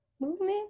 movement